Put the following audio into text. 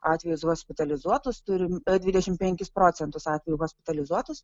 atvejus hospitalizuotus turim dvidešim penkis procentus atvejų hospitalizuotus